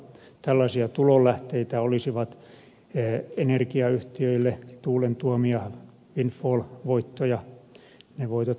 tällaisia tulonlähteitä olisivat energiayhtiöille tuulen tuomat windfall voitot ne voitot voitaisiin verottaa